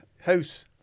house